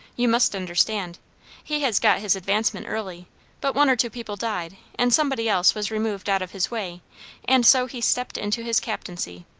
you must understand he has got his advancement early but one or two people died, and somebody else was removed out of his way and so he stepped into his captaincy.